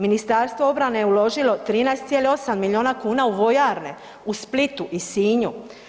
Ministarstvo obrane je uložilo 13,8 miliona kuna u vojarne u Splitu i Sinju.